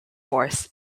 force